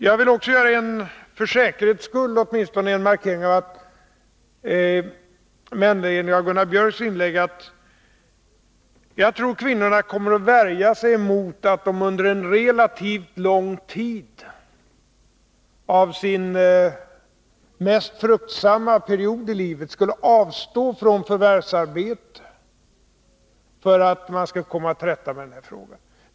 Jag vill också för säkerhets skull med anledning av Gunnar Biörcks inlägg göra en markering. Jag tror att kvinnorna kommer att värja sig mot att under en relativt lång tid av sin mest fruktsamma period i livet avstå från förvärvsarbete för att man skall komma till rätta med den här frågan.